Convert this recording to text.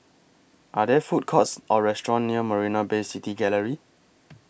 Are There Food Courts Or restaurants near Marina Bay City Gallery